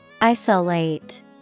Isolate